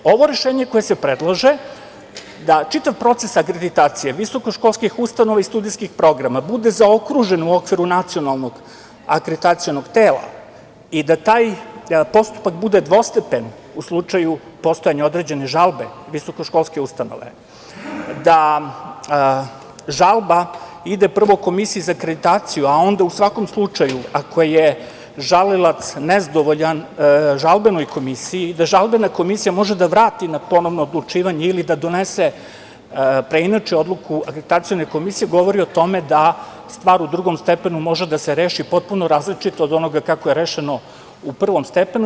Ovo rešenje koje se predlaže da čitav proces akreditacije visokoškolskih ustanova i studijskih programa bude zaokružen u okviru Nacionalnog akreditacionog tela i da taj postupak bude dvostepen u slučaju postojanja određene žalbe visokoškolske ustanove, da žalba ide prvo komisiji za akreditaciju, a onda, u svakom slučaju, ako je žalilac nezadovoljan žalbenoj komisiji, da žalbena komisija može da vrati na ponovno odlučivanje ili da donese, preinači odluku akredaticione komisije, govori o tome da stvar u drugom stepenu može da se reši potpuno različito od onoga kako je rešeno u prvom stepenu.